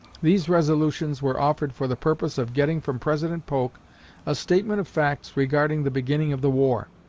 these resolutions were offered for the purpose of getting from president polk a statement of facts regarding the beginning of the war.